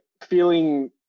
feeling